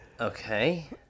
Okay